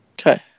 Okay